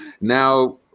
Now